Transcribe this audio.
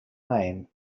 name